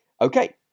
Okay